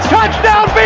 Touchdown